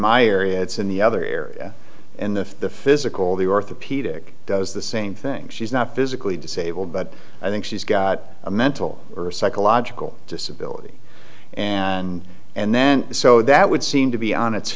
my area it's in the other area in the physical the orthopedic does the same thing she's not physically disabled but i think she's got a mental or psychological disability and and then so that would seem to be on